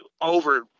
over